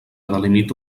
delimita